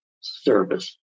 service